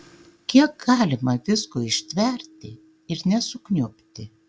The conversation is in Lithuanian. kiek galima visko ištverti ir nesukniubti